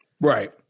Right